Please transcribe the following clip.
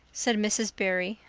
said mrs. barry,